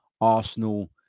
Arsenal